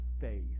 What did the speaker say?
faith